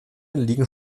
liegen